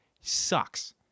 sucks